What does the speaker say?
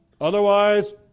Otherwise